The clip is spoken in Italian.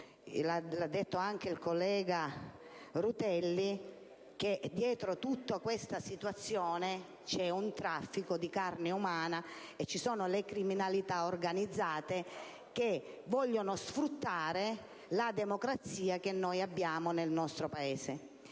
l'ha detto anche il collega Rutelli - che dietro tutta questa situazione c'è un traffico di carne umana: ci sono le formazioni della criminalità organizzata che vogliono sfruttare la democrazia esistente nel nostro Paese.